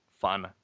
fun